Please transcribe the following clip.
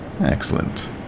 Excellent